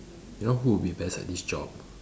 you know who will be best at this job